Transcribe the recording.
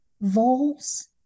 voles